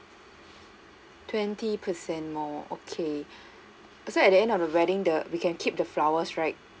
twenty percent more okay so at the end of the wedding the we can keep the flowers right